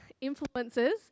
influences